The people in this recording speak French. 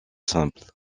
simple